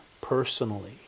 personally